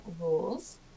rules